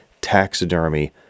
taxidermy